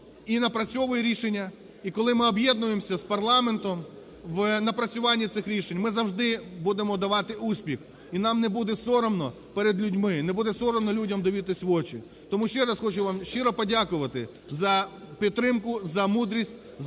і напрацьовує рішення, і коли ми об'єднуємося з парламентом в напрацюванні цих рішень, ми завжди будемо давати успіх. І нам не буде соромно перед людьми, не буде соромно людям дивитись в очі. Тому ще раз хочу вам щиро подякувати за підтримку, за мудрість, за поради